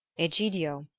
egidio,